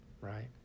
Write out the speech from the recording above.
Right